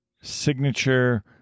signature